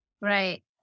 Right